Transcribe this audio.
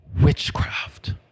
witchcraft